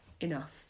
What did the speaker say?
enough